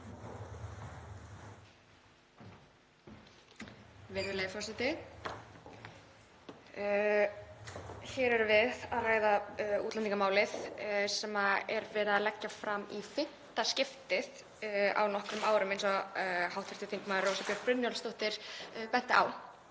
Virðulegi forseti. Hér erum við að ræða útlendingamálið sem er verið að leggja fram í fimmta skiptið á nokkrum árum eins og hv. þm. Rósa Björk Brynjólfsdóttir benti á.